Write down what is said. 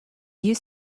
you